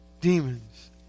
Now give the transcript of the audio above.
demons